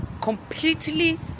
completely